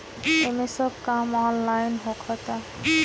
एमे सब काम ऑनलाइन होखता